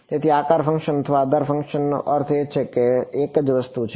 તેથી આકાર અથવા આધાર ફંકશનનો અર્થ એ જ વસ્તુ છે